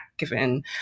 Given